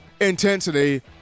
intensity